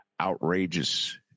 outrageous